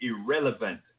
irrelevant